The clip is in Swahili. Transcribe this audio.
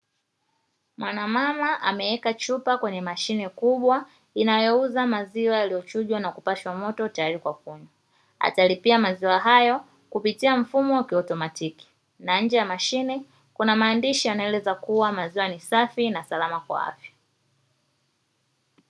Mwana mama amewek chupa kwenye mashine kubwa inayouza maziwa yaliyochujwa na kupashwa moto tayari kwa kunywa, atalipia maziwa hayo kupitia mfumo wa kiautomatiki, na nje ya mashine kuna maandishi yanayo eleza kua maziwa ni safi na salama.